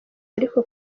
ariko